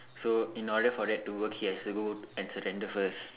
so in order for that to work he has to go and surrender first